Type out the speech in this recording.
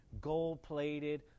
gold-plated